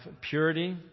purity